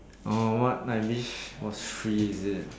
oh what I wish was free is it